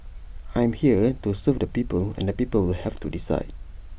I'm here to serve the people and the people will have to decide